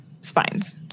spines